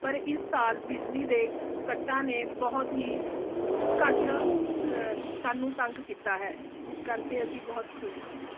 ਪਰ ਇਸ ਸਾਲ ਬਿਜਲੀ ਦੇ ਕੱਟਾਂ ਨੇ ਬਹੁਤ ਹੀ ਘੱਟ ਸਾਨੂੰ ਤੰਗ ਕੀਤਾ ਹੈ ਜਿਸ ਕਰਕੇ ਅਸੀਂ ਬਹੁਤ ਖੁਸ਼ ਹਾਂ